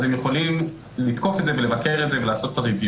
אז הם יכולים לתקוף את זה ולבקר את זה ולעשות את ה-Review.